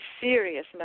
serious